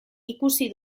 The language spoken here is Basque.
ikusi